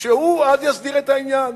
והוא יסדיר אז את העניין.